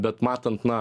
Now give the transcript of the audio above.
bet matant na